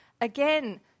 Again